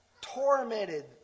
tormented